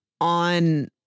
on